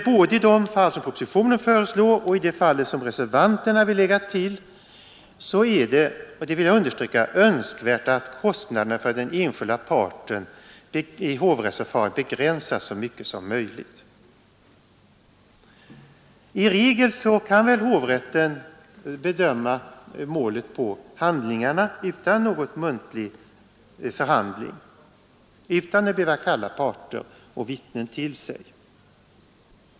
Både i de fall som propositionen föreslår och i det fall som reservanterna vill lägga till är det — och det vill jag understryka — önskvärt att kostnaderna för den enskilda parten vid hovrättsförfarandet begränsas så mycket som möjligt. I regel kan hovrätten bedöma målet på handlingarna utan någon muntlig förhandling och utan att behöva kalla parter och vittnen till sig.